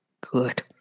Good